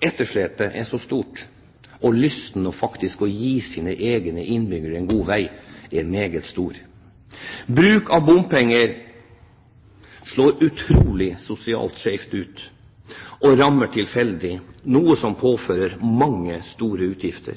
etterslepet er så stort, og lysten til å gi sine egne innbyggere en god vei er meget stor. Bruk av bompenger slår utrolig skeivt ut sosialt og rammer tilfeldig, noe som påfører mange store utgifter.